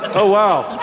oh, wow.